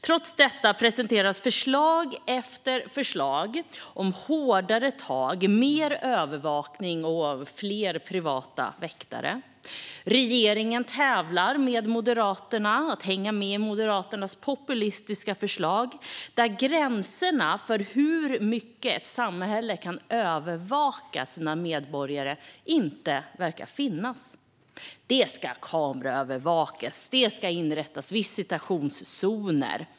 Trots detta presenteras förslag efter förslag om hårdare tag, mer övervakning och fler privata väktare. Regeringen tävlar med Moderaterna om att hänga med i Moderaternas populistiska förslag där det inte verkar finnas några gränser för hur mycket ett samhälle kan övervakas. Det ska kameraövervakas, och det ska inrättas visitationszoner.